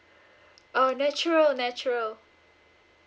oh natural natural